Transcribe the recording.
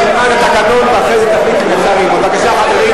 בבקשה, מהצד.